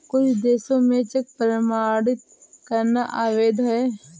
कुछ देशों में चेक प्रमाणित करना अवैध है